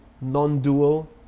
non-dual